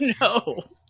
no